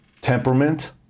temperament